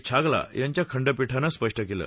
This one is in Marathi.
छागला यांच्या खंडपीठानं स्पष्ट केलं